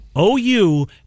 OU